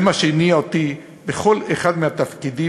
זה מה שהניע אותי בכל אחד מהתפקידים